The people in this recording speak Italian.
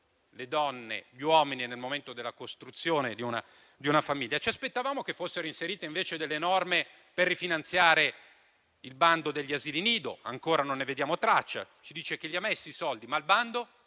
le donne e gli uomini nel momento della costruzione di una famiglia. Ci aspettavamo che fossero inserite invece norme per rifinanziare il bando degli asili nido; ancora, non ne vediamo traccia. Ci si dice che sono stati messi i soldi, ma il bando?